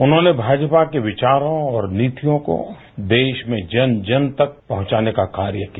उन्होंने भाजपा के विचारों और नीतियों को देश में जन जन तक पहुंचाने का कार्य किया